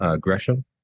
Gresham